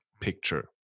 picture